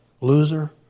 Loser